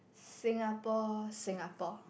Singapore Singapore